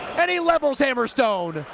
and he levels hammerstone.